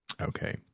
Okay